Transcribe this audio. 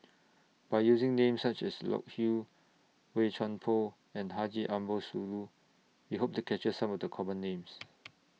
By using Names such as Loke Hew Boey Chuan Poh and Haji Ambo Sooloh We Hope to capture Some of The Common Names